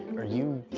are you.